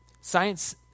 Science